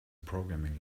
programming